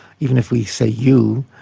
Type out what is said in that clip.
even if we say you,